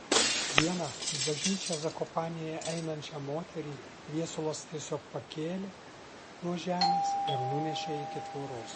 vieną į bažnyčią zakopanėje einančią moterį viesulas tiesiog pakėlė nuo žemės ir nunešė iki tvoros